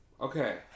Okay